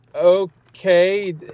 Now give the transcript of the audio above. okay